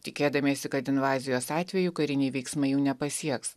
tikėdamiesi kad invazijos atveju kariniai veiksmai jų nepasieks